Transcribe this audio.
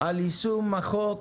על יישום החוק